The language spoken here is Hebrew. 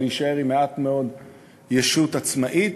ולהישאר עם מעט מאוד ישות עצמאית,